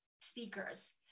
speakers